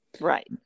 Right